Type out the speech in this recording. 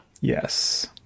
Yes